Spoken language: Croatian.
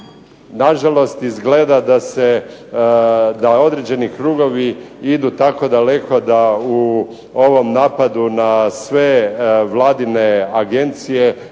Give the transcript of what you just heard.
Na žalost, izgleda da se, da određeni krugovi idu tako daleko da u ovom napadu na sve vladine agencije